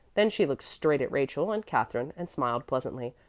then she looked straight at rachel and katherine and smiled pleasantly.